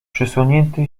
przysłonięte